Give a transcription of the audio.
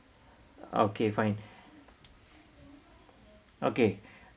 okay fine okay